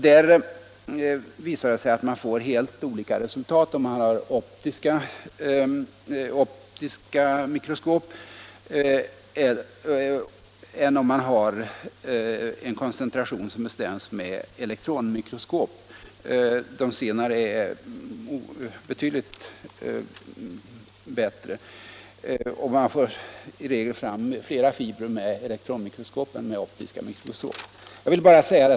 Det visar sig att man får helt olika resultat om man har optiska mikroskop eller om man bestämmer koncentrationen med elektronmikroskop — som är betydligt bättre. Man finner i regel flera fibrer med elektronmikroskop än med optiska mikroskop.